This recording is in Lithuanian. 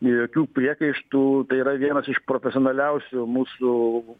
jokių priekaištų tai yra vienas iš profesionaliausių mūsų